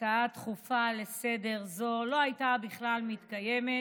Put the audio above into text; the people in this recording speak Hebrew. הצעה דחופה לסדר-היום זו לא הייתה בכלל מתקיימת